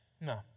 No